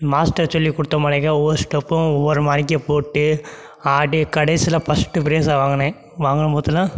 master சொல்லிக் கொடுத்த மாரிக்கு ஒவ்வொரு ஸ்டெப்பும் ஒவ்வொரு மாரிக்கே போட்டு ஆடி கடைசியில் பஸ்ட்டு ப்ரைஸை வாங்கினேன் வாங்கினம் போதெல்லாம்